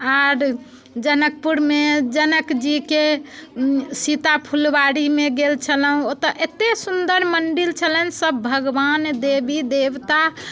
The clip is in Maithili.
आर जनकपुरमे जनक जीके सीता फुलवाड़ीमे गेल छलहुँ ओतऽ एतेक सुंदर मंदिर छलनि सब भगवान देवी देवता